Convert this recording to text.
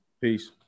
Peace